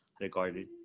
recorded